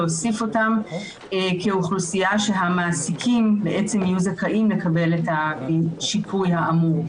ולהוסיף אותם כאוכלוסייה שהמעסיקים יהיו זכאים לקבל את השיפוי האמור.